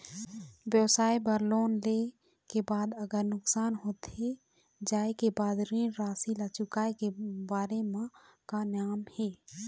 व्यवसाय बर लोन ले के बाद अगर नुकसान होथे जाय के बाद ऋण राशि ला चुकाए के बारे म का नेम हे?